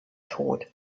tod